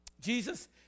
Jesus